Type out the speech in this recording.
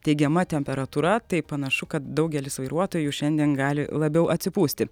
teigiama temperatūra tai panašu kad daugelis vairuotojų šiandien gali labiau atsipūsti